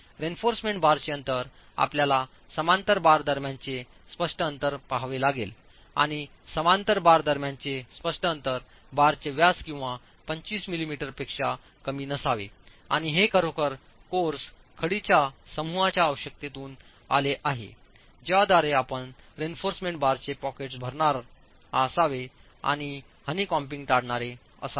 reinforcement बारचे अंतर आपल्याला समांतर बार दरम्यानचे स्पष्ट अंतर पहावे लागेल आणि समांतर बार दरम्यानचे स्पष्ट अंतर बार चे व्यास किंवा 25 मिलीमीटरपेक्षा कमी नसावे आणि हे खरोखर कोर्स खडीच्या समुहांच्या आवश्यकतेतून आले आहे ज्या द्वारे आपण रेइन्फॉर्समेंट बारचे पॉकेट्स भरणारा असावे आणि हनी कोम्बिंग टाळणारे असावे